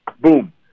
Boom